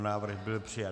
Návrh byl přijat.